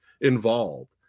involved